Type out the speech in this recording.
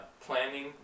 planning